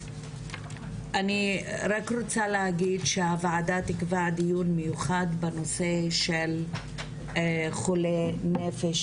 אני רק רוצה להגיד שהועדה תקבע דיון מיוחד בנושא של חולי נפש,